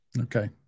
Okay